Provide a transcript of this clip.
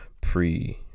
pre-